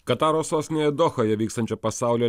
kataro sostinėje dohoje vykstančio pasaulio